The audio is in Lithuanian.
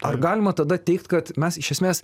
ar galima tada teigt kad mes iš esmės